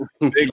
Big